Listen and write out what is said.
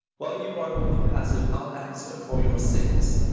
while you are only passive, i'll answer for your sins.